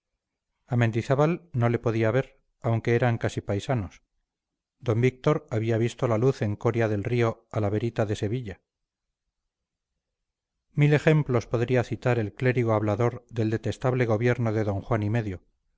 a mendizábal no le podía ver aunque eran casi paisanos d víctor había visto la luz en coria del río a la verita e seviya mil ejemplos podría citar el clérigo hablador del detestable gobierno de d juan y medio